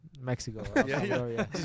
Mexico